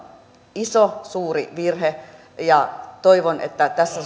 iso suuri virhe ja toivon että että